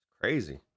crazy